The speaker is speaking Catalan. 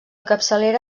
capçalera